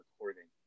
recording